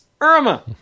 Irma